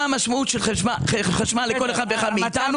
המשמעות של חשמל לכל אחד ואחד מאיתנו,